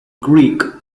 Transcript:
greek